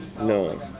No